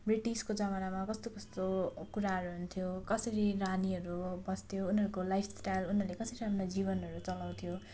ब्रिटिसको जमानामा कस्तो कस्तो कुराहरू हुन्थ्यो कसरी रानीहरू बस्थ्यो उनीहरूको लाइफ स्टाइल उनीहरूले कसरी हामीलाई जीवनहरू चलाउँथ्यो